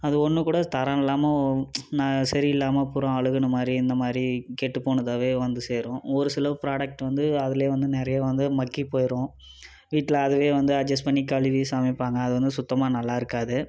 அது ஒன்று கூட தரம் இல்லாமல் சரியில்லாமல் பூராக அழுகின மாதிரி இந்த மாதிரி கெட்டுப்போனதாகவே வந்து சேரும் ஒரு சில ப்ராடெக்ட் வந்து அதில் வந்து நிறைய வந்து மக்கி போயிடும் வீட்டில் அதுவே அட்ஜெஸ் பண்ணி கழுவி சமைப்பாங்க அது வந்து சுத்தமாக நல்லாயிருக்காது